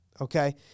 okay